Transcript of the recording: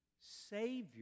Savior